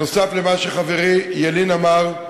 נוסף על מה שחברי ילין אמר,